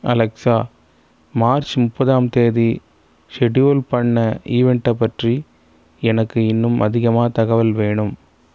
Alexa March முப்பதாம் தேதி schedule பண்ண ஈவென்டை பற்றி எனக்கு இன்னும் அதிகமாக தகவல் வேணும்